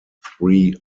three